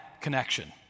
connection